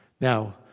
Now